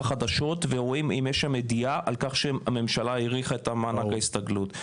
החדשות ורואים אם יש ידיעה על כך שהממשלה האריכה את מענק ההסתגלות.